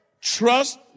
Trust